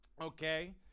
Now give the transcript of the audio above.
Okay